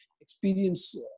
experience